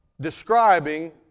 describing